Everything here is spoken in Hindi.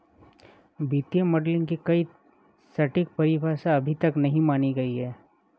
वित्तीय मॉडलिंग की कोई सटीक परिभाषा अभी तक नहीं मानी गयी है